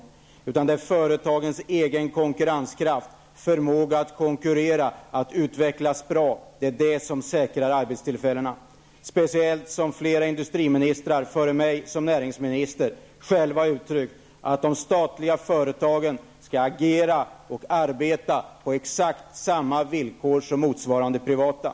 Det är i stället företagens egen konkurrenskraft, förmåga att konkurrera och att utvecklas bra som säkrar arbetstillfällena. Flera tidigare industriministrar har ju också uttryckt att de statliga företagen skall agera och arbeta på exakt samma villkor som motsvarande privata.